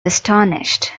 astonished